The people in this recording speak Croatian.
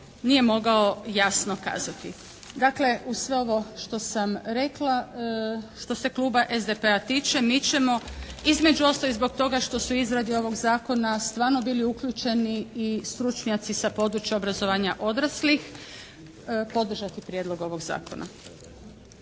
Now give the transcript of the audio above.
nije mogao jasno kazati. Dakle uz sve ovo što sam rekla, što se Kluba SDP-a tiče mi ćemo između ostalog i zbog toga što se u izradi ovog zakona stvarno bili uključeni i stručnjaci sa područja obrazovanja odraslih, podržati prijedlog ovog Zakona.